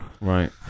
right